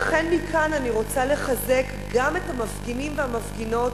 לכן מכאן אני רוצה לחזק גם את המפגינים והמפגינות